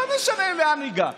לא משנה לאן נגיע,